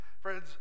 Friends